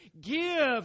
Give